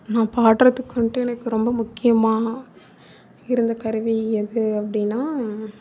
நான் பாடுறதுக்கு வந்ட்டு எனக்கு ரொம்ப முக்கியமான இருந்த கருவி எது அப்படின்னா